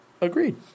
Agreed